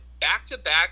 back-to-back